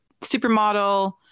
supermodel